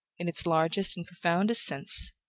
in its largest and profoundest sense,